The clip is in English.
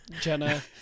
Jenna